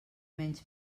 menys